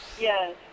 Yes